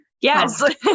Yes